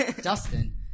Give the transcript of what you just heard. Dustin